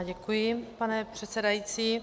Děkuji, pane předsedající.